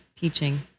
teaching